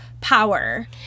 power